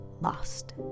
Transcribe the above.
lost